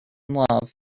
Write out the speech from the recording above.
love